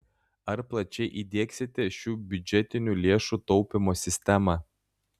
ar plačiai įdiegsite šią biudžetinių lėšų taupymo sistemą